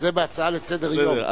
זה בהצעה לסדר-היום.